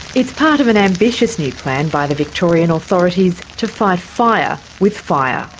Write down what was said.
it's part of an ambitious new plan by the victorian authorities to fight fire with fire.